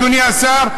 אדוני השר,